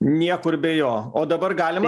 niekur be jo o dabar galima